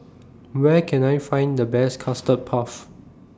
Where Can I Find The Best Custard Puff